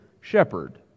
shepherd